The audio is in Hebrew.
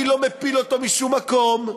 אני לא מפיל אותו משום מקום,